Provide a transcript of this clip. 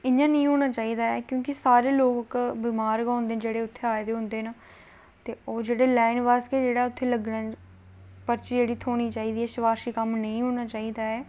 इं'या निं होना चाहिदा ऐ की सारें लोक बमार गै होंदे न जेह्ड़े उत्थै आए दे होंदे न ते ओह् जेह्ड़ा लाइन आस्तै उत्थै लग्गना पर्ची जेह्ड़ी थ्होना चाहिदी ऐ सफारशी कम्म नेईं होना चाही दा ऐ